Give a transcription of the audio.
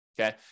okay